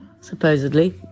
supposedly